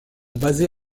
basé